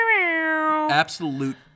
Absolute